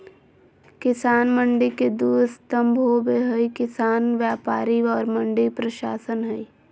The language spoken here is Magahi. किसान मंडी के दू स्तम्भ होबे हइ किसान व्यापारी और मंडी प्रशासन हइ